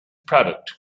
product